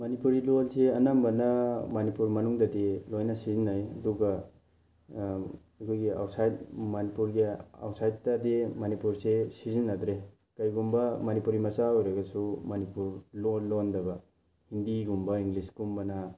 ꯃꯅꯤꯄꯨꯔꯤ ꯂꯣꯟꯁꯤ ꯑꯅꯝꯕꯅ ꯃꯅꯤꯄꯨꯔ ꯃꯅꯨꯡꯗꯗꯤ ꯂꯣꯏꯅ ꯁꯤꯖꯤꯟꯅꯩ ꯑꯗꯨꯒ ꯑꯩꯈꯣꯏꯒꯤ ꯑꯥꯎꯠꯁꯥꯏꯠ ꯃꯅꯤꯄꯨꯔꯒꯤ ꯑꯥꯎꯠꯁꯥꯏꯠꯇꯗꯤ ꯃꯅꯤꯄꯨꯔꯁꯦ ꯁꯤꯖꯤꯟꯅꯗ꯭ꯔꯦ ꯀꯩꯒꯨꯝꯕ ꯃꯅꯤꯄꯨꯔꯤ ꯃꯆꯥ ꯑꯣꯏꯔꯒꯁꯨ ꯃꯅꯤꯄꯨꯔ ꯂꯣꯟ ꯂꯣꯟꯗꯕ ꯍꯤꯟꯗꯤꯒꯨꯝꯕ ꯏꯪꯂꯤꯁꯀꯨꯝꯕꯅ